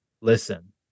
Listen